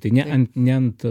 tai ne ant ne ant